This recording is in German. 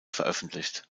veröffentlicht